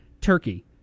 turkey